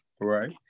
Right